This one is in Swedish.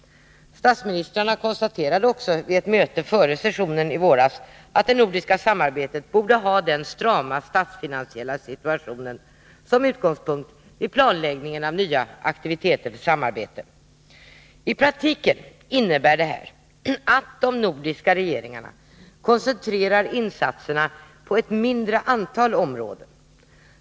Statsministrarna konstaterade också vid ett möte före sessionen i våras att det nordiska samarbetet borde ha den strama statsfinansiella situationen som utgångspunkt i planläggningen av nya aktiviteter för samarbetet. I praktiken innebär detta att de nordiska regeringarna koncentrerar insatserna på ett mindre antal områden.